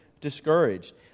discouraged